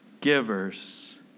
givers